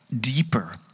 Deeper